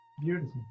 Beautiful